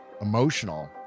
emotional